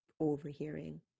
overhearing